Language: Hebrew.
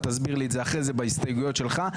תסביר לי את זה אחרי זה בהסתייגויות שלך.